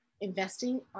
investing